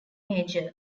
major